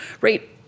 right